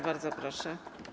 Bardzo proszę.